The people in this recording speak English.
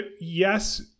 Yes